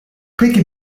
peki